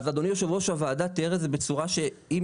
אז אדוני יו"ר הוועדה תיאר את זה בצורה שאם